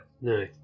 No